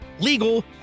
legal